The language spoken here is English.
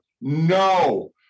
No